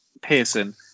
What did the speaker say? Pearson